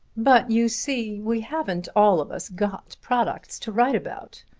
but you see we haven't all of us got products to write about.